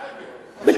מי?